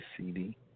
CD